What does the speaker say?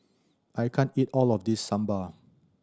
I can't eat all of this Sambar